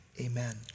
amen